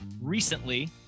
recently